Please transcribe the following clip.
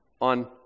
on